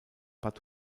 bad